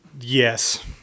Yes